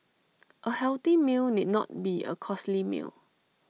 A healthy meal need not be A costly meal